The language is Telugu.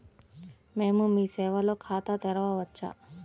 మేము మీ సేవలో ఖాతా తెరవవచ్చా?